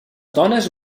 dones